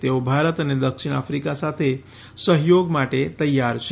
તેઓ ભારત અને દક્ષિણ આફ્રિકા સાથે સહ્યોગ માટે તૈયાર છે